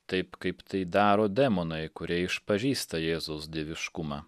taip kaip tai daro demonai kurie išpažįsta jėzaus dieviškumą